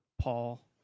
Paul